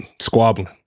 squabbling